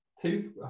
Two